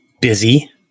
busy